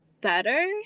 better